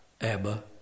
Abba